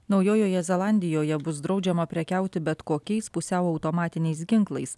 naujojoje zelandijoje bus draudžiama prekiauti bet kokiais pusiau automatiniais ginklais